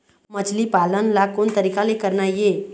मछली पालन ला कोन तरीका ले करना ये?